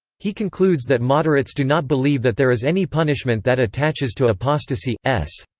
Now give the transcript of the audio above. he concludes that moderates do not believe that there is any punishment that attaches to apostasy s.